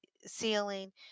ceiling